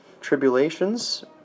tribulations